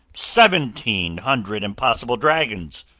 seventeen hundred impossible dragons!